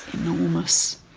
enormous.